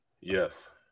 Yes